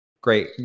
Great